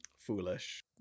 Foolish